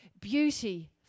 beauty